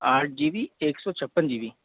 आठ G B एक सौ छप्पन जी बी